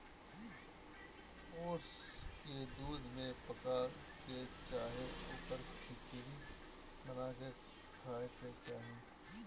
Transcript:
oats के दूध में पका के चाहे ओकर खिचड़ी बना के खाए के चाही